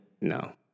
No